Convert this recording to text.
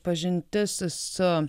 pažintis su